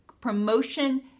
promotion